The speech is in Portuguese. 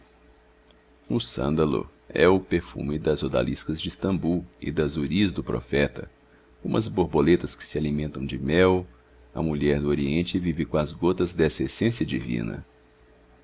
o sândalo é o perfume das odaliscas de stambul e das hu ris do profeta como as borboletas que se alimentam de mel a mulher do oriente vive com as gotas dessa essência divina